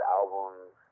albums